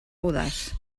audaç